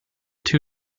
two